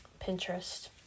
Pinterest